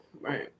Right